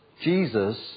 Jesus